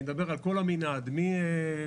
אני מדבר על כל המנעד, מפזיזות